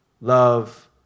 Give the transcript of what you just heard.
love